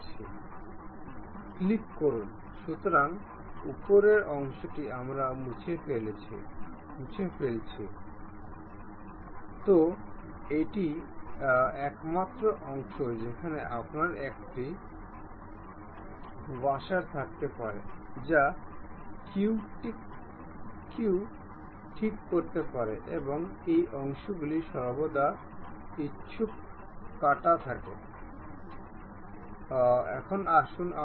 যদি আমরা এই দুটি নির্বাচন করি তবে আমরা এই স্লটের জন্য উপরের প্লেনে ক্লিক করব এবং নিয়ন্ত্রণ কীগুলির সাথে শীর্ষে কী স্থাপন করা হবে